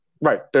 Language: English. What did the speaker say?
Right